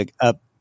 up